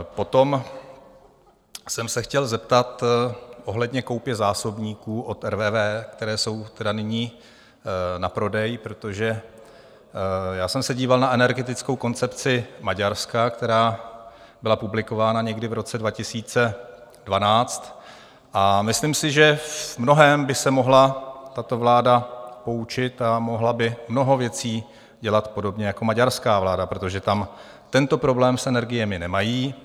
Potom jsem se chtěl zeptat ohledně koupě zásobníků od RWE, které jsou tedy nyní na prodej, protože jsem se díval na energetickou koncepci Maďarska, která byla publikována někdy v roce 2012, a myslím si, že v mnohém by se mohla tato vláda poučit a mohla by mnoho věcí dělat podobně jako maďarská vláda, protože tam tento problém s energiemi nemají.